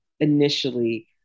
Initially